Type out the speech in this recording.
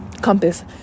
Compass